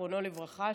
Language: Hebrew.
זיכרונו לברכה,